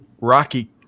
Rocky